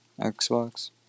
Xbox